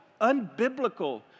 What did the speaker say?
unbiblical